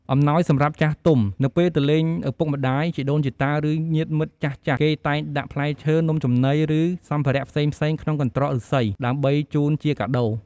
អំណោយសម្រាប់ចាស់ទុំ នៅពេលទៅលេងឪពុកម្តាយ ជីដូនជីតា ឬញាតិមិត្តចាស់ៗ គេតែងដាក់ផ្លែឈើ នំចំណី ឬសម្ភារៈផ្សេងៗក្នុងកន្ត្រកឫស្សី ដើម្បីជូនជាកាដូរ។